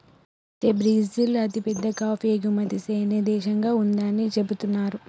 అయితే బ్రిజిల్ అతిపెద్ద కాఫీ ఎగుమతి సేనే దేశంగా ఉందని సెబుతున్నారు